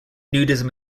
nudism